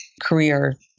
career